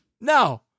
No